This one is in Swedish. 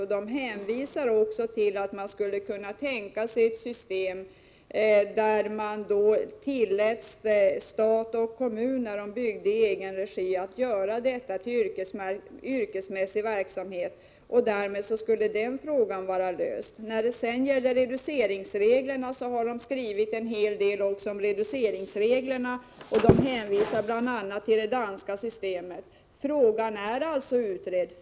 Man säger där också att man skulle kunna tänka sig ett system där det betraktas som yrkesmässig verksamhet när stat och kommuner bygger i egen regi. Därmed skulle det problemet vara löst. Man har också skrivit en hel del om reduceringsreglerna och hänvisar bl.a. till det danska systemet. Frågan är alltså utredd.